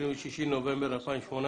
26 בנובמבר 2018